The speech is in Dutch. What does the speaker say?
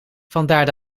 vandaar